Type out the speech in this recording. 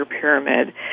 pyramid